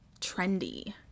trendy